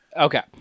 Okay